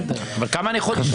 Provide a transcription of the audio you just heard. אבל כמה אפשר לשמוע את זה?